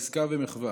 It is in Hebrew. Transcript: עסקה ומחווה,